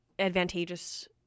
advantageous